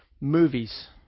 Movies